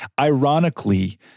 Ironically